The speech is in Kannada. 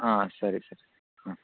ಹಾಂ ಸರಿ ಸರಿ ಹ್ಞೂ